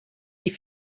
die